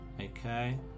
okay